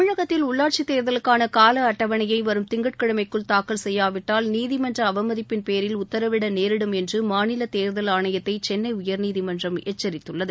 தமிழகத்தில் உள்ளாட்சித் தேர்தலுக்கான கால அட்டவணையை வரும் திங்கட்கிழமைக்குள் தாக்கல் செய்யாவிட்டால் நீதிமன்ற அவமதிப்பின் பேரில் உத்தரவிட நேரிடும் என்று மாநில தேர்தல் ஆணையத்தை சென்னை உயர்நீதிமன்றம் எச்சரித்துள்ளது